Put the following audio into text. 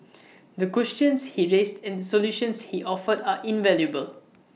the questions he raised and the solutions he offered are invaluable